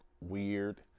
weird